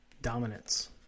Dominance